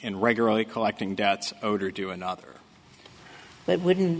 in regularly collecting debts owed or do another that wouldn't